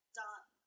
done